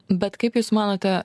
bet kaip jūs manote